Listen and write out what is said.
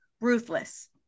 ruthless